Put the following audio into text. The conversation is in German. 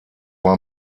war